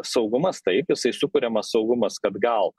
saugumas taip jisai sukuriamas saugumas kad gal